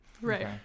right